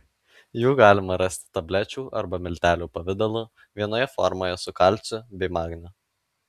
jų galima rasti tablečių arba miltelių pavidalu vienoje formoje su kalciu bei magniu